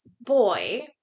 boy